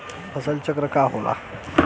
फसल चक्र का होला?